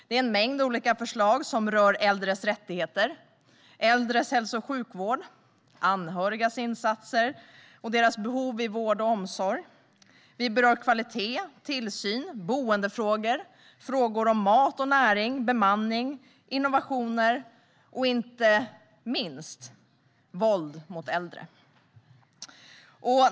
Det är en mängd olika förslag som rör äldres rättigheter, äldres hälso och sjukvård, anhörigas insatser och deras behov i vård och omsorg. Vi berör kvalitet, tillsyn, boendefrågor, frågor om mat och näring, bemanning, innovationer och inte minst våld mot äldre.